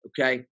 okay